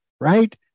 right